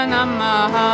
Namah